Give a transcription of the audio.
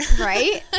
right